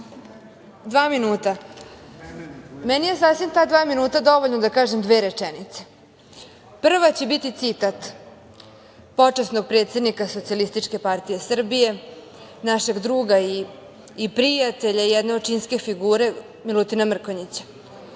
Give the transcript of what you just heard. Kralj** Meni je sasvim ta dva minuta dovoljno da kažem dve rečenice. Prva će biti citat počasnog predsednika Socijalističke partije Srbije, našeg druga i prijatelje, jedne očinske figure, Milutina Mrkonjića,